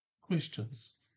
Questions